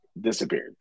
disappeared